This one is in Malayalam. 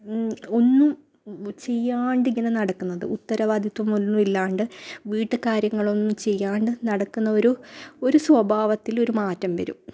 ഒന്നും ചെയ്യാണ്ടിങ്ങനെ നടക്കുന്നത് ഉത്തരവാദിത്വം ഒന്നുമില്ലാണ്ട് വീട്ട് കാര്യങ്ങളൊന്നും ചെയ്യാണ്ട് നടക്കുന്ന ഒരു ഒരു സ്വഭാവത്തിൽ ഒരു മാറ്റം വരും